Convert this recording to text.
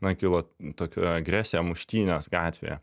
na kilo tokia agresija muštynės gatvėje